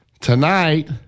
Tonight